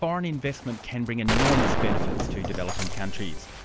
foreign investment can bring enormous benefits to developing countries,